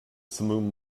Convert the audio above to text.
simum